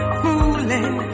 fooling